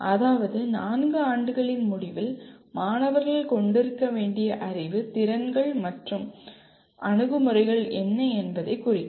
அதாவது 4 ஆண்டுகளின் முடிவில் மாணவர்கள் கொண்டிருக்க வேண்டிய அறிவு திறன்கள் மற்றும் அணுகுமுறைகள் என்ன என்பதைக் குறிக்கும்